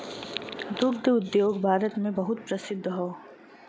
दुग्ध उद्योग भारत मे बहुते प्रसिद्ध हौ